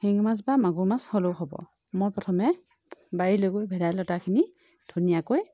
শিঙি মাছ বা মাগুৰ মাছ হ'লেও হ'ব মই প্ৰথমে বাৰীলৈ গৈ ভেদাইলতাখিনি ধুনীয়াকৈ